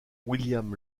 william